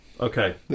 Okay